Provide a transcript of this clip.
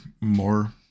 more